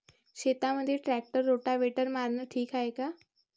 शेतामंदी tractor rotavator मारनं ठीक हाये का?